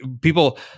people